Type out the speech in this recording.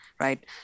Right